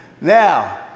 Now